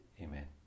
Amen